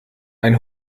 ein